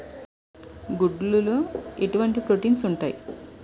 గుడ్లు లో ఎటువంటి ప్రోటీన్స్ ఉంటాయి?